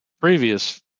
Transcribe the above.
previous